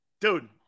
Dude